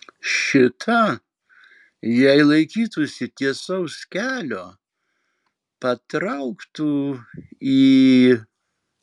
šita jei laikytųsi tiesaus kelio patrauktų į